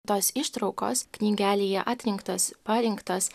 tos ištraukos knygelėje atrinktos parinktos